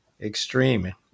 extreme